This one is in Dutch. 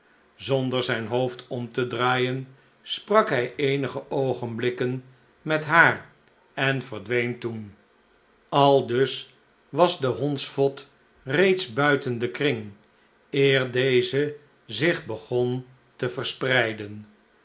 zonder zijn hoofd om te draaien sprak bij eenige oogenblikken met haar en verdween toen aldus was de hondsvot reeds buiten den kring eer deze zich begon te verspreiden